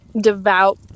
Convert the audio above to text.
devout